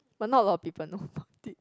but not a lot of people know about it